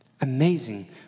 Amazing